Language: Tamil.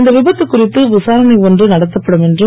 இந்த விபத்து குறித்து விசாரணை ஒன்று நடத்தப்படும் என்றும்